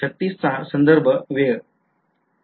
३६ चा संदर्भ वेळ